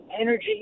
energy